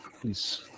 please